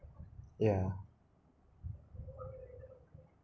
ya